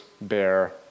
bear